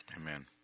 Amen